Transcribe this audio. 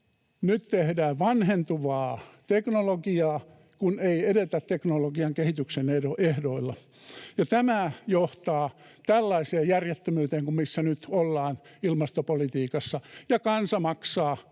nyt tehdään vanhentuvaa teknologiaa, kun ei edetä teknologian kehityksen ehdoilla. Tämä johtaa tällaiseen järjettömyyteen kuin missä nyt ollaan ilmastopolitiikassa. Ja kansa maksaa,